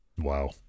Wow